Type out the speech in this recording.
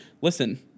listen